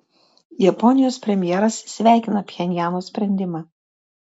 japonijos premjeras sveikina pchenjano sprendimą